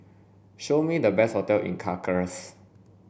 show me the best hotels in Caracas